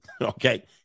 Okay